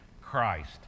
Christ